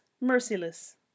Merciless